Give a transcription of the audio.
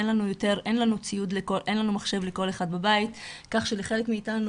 אין לנו מחשב לכל אחד בבית כך שחלק מאתנו